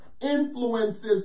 influences